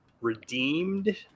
redeemed